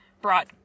brought